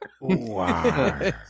Wow